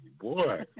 Boy